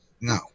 no